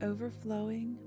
Overflowing